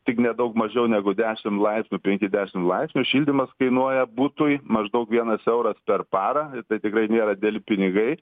tik nedaug mažiau negu dešim laipsnių penki dešim laipsnių šildymas kainuoja butui maždaug vienas euras per parą bet tikrai nėra dideli pinigai